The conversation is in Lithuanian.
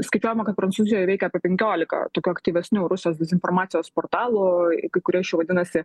skaičiuojama kad prancūzijoj veikia apie penkiolika tokių aktyvesnių rusijos dezinformacijos portalų kai kurie iš jų vadinasi